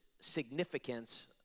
significance